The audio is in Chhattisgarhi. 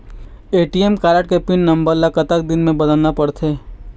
ए.टी.एम कारड के पिन नंबर ला कतक दिन म बदलना पड़थे?